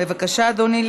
בבקשה, אדוני.